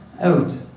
out